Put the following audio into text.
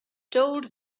told